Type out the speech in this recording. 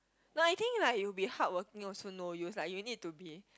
no I think like you be hardworking also no use lah you need to be